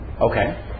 Okay